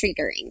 triggering